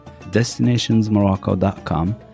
destinationsmorocco.com